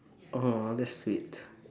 !aww! that's sweet